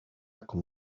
como